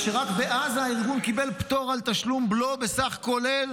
כשרק בעזה הארגון קיבל פטור על תשלום בלו בסך כולל